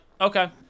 okay